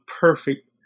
perfect